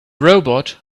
robot